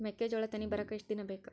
ಮೆಕ್ಕೆಜೋಳಾ ತೆನಿ ಬರಾಕ್ ಎಷ್ಟ ದಿನ ಬೇಕ್?